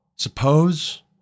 Suppose